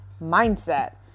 mindset